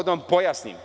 Da vam pojasnim.